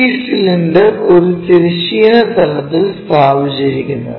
ഈ സിലിണ്ടർ ഒരു തിരശ്ചീന തലത്തിൽ സ്ഥാപിച്ചിരിക്കുന്നു